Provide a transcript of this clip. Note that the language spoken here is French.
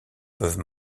peuvent